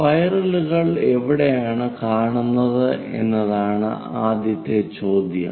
സ്പൈറലുകൾ എവിടെയാണ് കാണുന്നത് എന്നതാണ് ആദ്യത്തെ ചോദ്യം